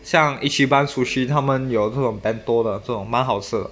像 ichiban sushi 他们有那种 bento 的这种蛮好吃的